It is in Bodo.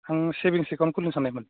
आं सेबिंस एकाउन्ट खुलिनो सान्नायमोन